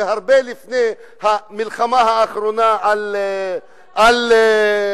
והרבה לפני המלחמה האחרונה על עזה.